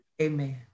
Amen